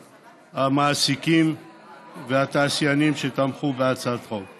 המעסיקים והתעשיינים שתמכו בהצעת החוק.